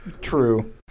True